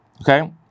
okay